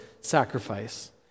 sacrifice